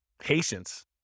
Patience